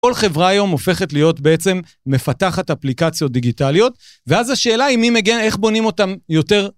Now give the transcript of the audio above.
כל חברה היום הופכת להיות בעצם, מפתחת אפליקציות דיגיטליות, ואז השאלה היא, מי מגן-איך בונים אותם, יותר...